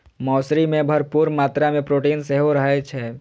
मौसरी मे भरपूर मात्रा मे प्रोटीन सेहो रहै छै